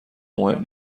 مهم